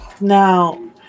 now